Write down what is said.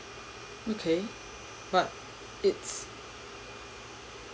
okay but it's